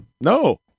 No